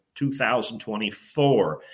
2024